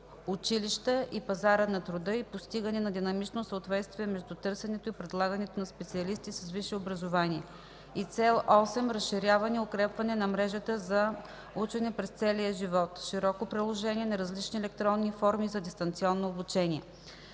училища и пазара на труда и постигане на динамично съответствие между търсенето и предлагането на специалисти с висше образование; и Цел 8. Разширяване и укрепване на мрежата за учене през целия живот; широко приложение на различни електронни форми за дистанционно обучение.